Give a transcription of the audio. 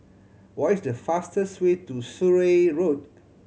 what is the fastest way to Surrey Road